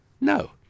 no